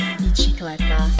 bicicleta